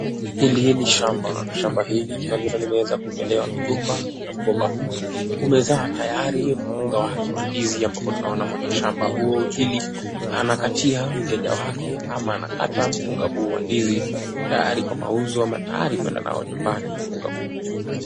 Hili ni shamba. Shamba hili tunavyoona limeweza kumelewa migomba na mgomba huu umezaa tayari mkunga wake wa ndizi ambapo tunaona mwenye shamba hili anakatia mteja wake ama anakata mkunga huu wa ndizi tayari kwa mauzo ama tayari kuenda nao nyumbani mkunga huu.